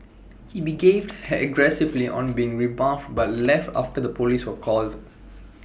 he behaved aggressively on being rebuffed but left after the Police were called